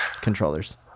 controllers